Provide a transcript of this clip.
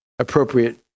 appropriate